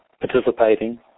participating